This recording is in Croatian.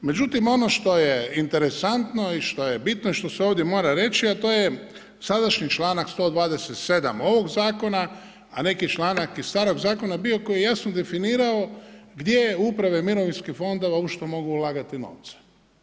Međutim, ono što je interesantno i što je bitno i što se ovdje mora reći, a to je sadašnji članak 127. ovog Zakona, a neki članak iz starog zakona bio koji je jasno definirao gdje uprave mirovinskih fondova, u što mogu ulagati novac.